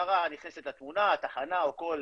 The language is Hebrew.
המשטרה נכנסת לתמונה, התחנה או כל